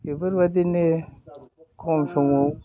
बेफोरबायदिनो खम समाव